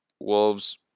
Wolves